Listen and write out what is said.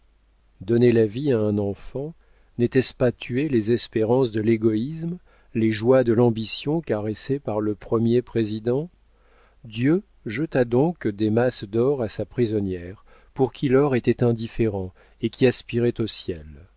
donner la vie à un enfant n'était-ce pas tuer les espérances de l'égoïsme les joies de l'ambition caressées par le premier président dieu jeta donc des masses d'or à sa prisonnière pour qui l'or était indifférent et qui aspirait au ciel